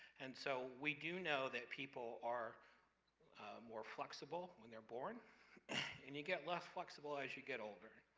and so, we do know that people are more flexible when they're born and you get less flexible as you get older.